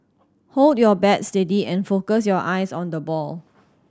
hold your bat steady and focus your eyes on the ball